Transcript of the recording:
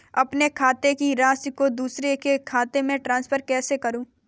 अपने खाते की राशि को दूसरे के खाते में ट्रांसफर कैसे करूँ?